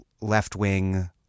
left-wing